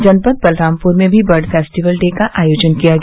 जनपद बलरामपुर में भी बर्ड फेस्टिवल डे का आयोजन किया गया